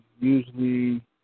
usually